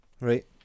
Right